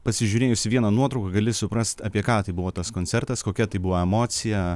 pasižiūrėjus į vieną nuotrauką gali suprast apie ką tai buvo tas koncertas kokia tai buvo emocija